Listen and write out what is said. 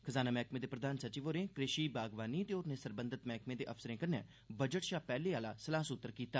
खजाना मैहकमे दे प्रधान सचिव होरें कृषि बागवानी ते होरनें सरबंघत मैह्कमें दे अफसरें कन्नै बजट शा पैह्ले आह्ला सलाह सुत्तर कीता